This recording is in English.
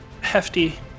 hefty